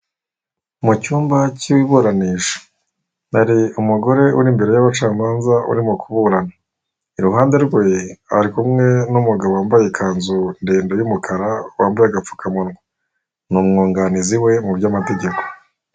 Mu cyumba cy'iburanisha, hari umugore uri imbere y'abacamanza urimo kuburana, iruhande rwe ari kumwe n'umugabo wambaye ikanzu ndende y'umukara wambaye agapfukamunwa, n' umwunganizi we mu by'amategeko.